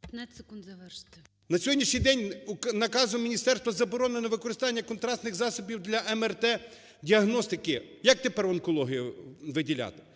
15 секунд завершити. ШУРМА І.М. На сьогоднішній день наказом міністерства заборонено використання контрастних засобів для МРТ-діагностики. Як тепер онкологію виділяти?